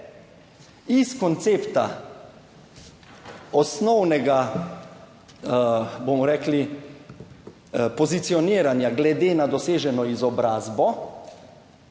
iz koncepta osnovnega, bomo rekli pozicioniranja glede na doseženo izobrazbo,